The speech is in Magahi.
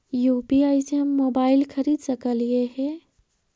यु.पी.आई से हम मोबाईल खरिद सकलिऐ है